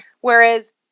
Whereas